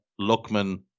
Luckman